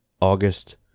August